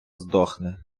здохне